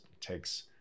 takes